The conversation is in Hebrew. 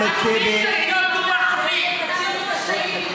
המבנה העתיק ביותר בעולם שעדיין בשימוש כל בוקר וכל ערב בכל יום,